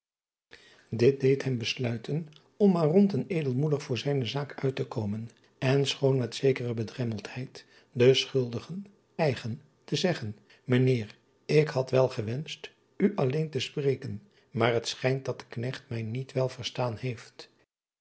it deed hem besluiten om maar rond en edelmoedig voor zijne zaak uit te komen en schoon met zekere bedremmeldheid den schuldigen eigen te zeggen ijnheer ik had wel gewenscht u alleen te spreken maar het schijnt dat de knecht mij niet wel verstaan heeft